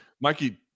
Mikey